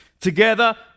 Together